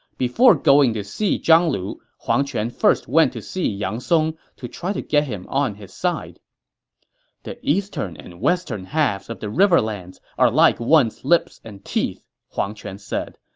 before going to see zhang lu, huang quan first went to see yang song to try to get him on his side the eastern and western halves of the riverlands are like one's lips and teeth, huang quan said.